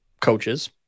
coaches